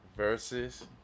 Versus